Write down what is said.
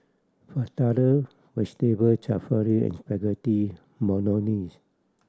Fritada Vegetable Jalfrezi and Spaghetti Bolognese